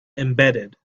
embedded